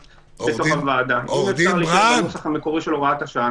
עורך דין ברנד --- אם אפשר להישאר בנוסח המקורי של הוראת השעה,